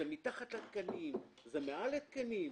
זה מתחת לתקנים, זה מעל לתקנים.